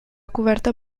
coberta